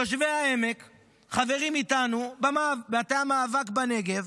תושבי העמק חברים איתנו במטה המאבק בנגב